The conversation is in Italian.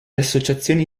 associazioni